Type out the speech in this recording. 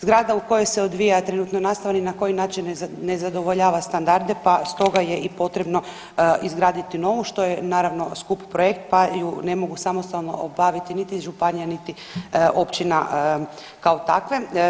Zgrada u kojoj se odvija trenutno nastava ni na koji način ne zadovoljava standarde pa stoga je i potrebno izgraditi novu što je naravno skup projekt pa ju ne mogu samostalno obaviti niti županije niti općina kao takve.